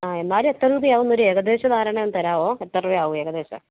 ആ എന്നാലും എത്ര രൂപയാകുമെന്നൊരു ഏകദേശ ധാരണയൊന്ന് തരാമോ എത്ര രൂപയാവും ഏകദേശം